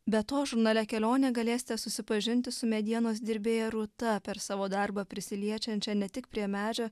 be to žurnale kelionė galėsite susipažinti su medienos dirbėja rūta per savo darbą prisiliečiančią ne tik prie medžio